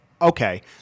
Okay